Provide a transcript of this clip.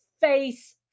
face